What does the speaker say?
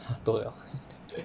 !huh! toh 了